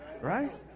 Right